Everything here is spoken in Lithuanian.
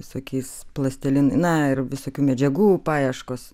sakys plastiliną ir visokių medžiagų paieškos